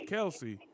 Kelsey